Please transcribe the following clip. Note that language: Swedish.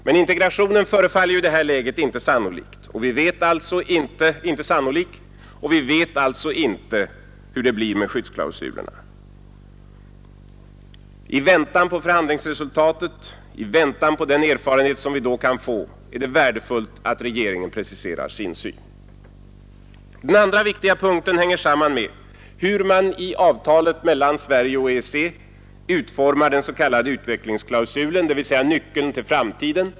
Men integrationen förefaller ju i det här läget inte möjlig, och vi vet alltså inte hur det blir med skyddsklausulerna. I väntan på förhandlingsresultatet, i väntan på den erfarenhet som vi då kan få är det värdefullt att regeringen preciserar sin syn. Den andra viktiga punkten hänger samman med hur man i avtalet mellan Sverige och EEC utformar den s.k. utvecklingsklausulen, dvs. nyckeln till framtiden.